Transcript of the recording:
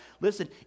Listen